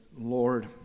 Lord